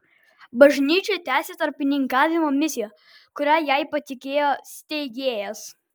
bažnyčia tęsia tarpininkavimo misiją kurią jai patikėjo steigėjas